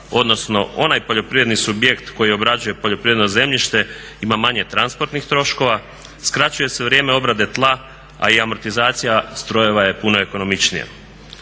odnosno onaj poljoprivredni subjekt koji obrađuje poljoprivredno zemljište ima manje transportnih troškova, skraćuje se vrijeme obrade tla, a i amortizacija strojeva je puno ekonomičnija.